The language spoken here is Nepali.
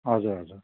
हजुर हजुर